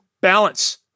balance